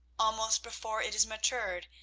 almost before it is matured,